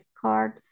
card